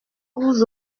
vous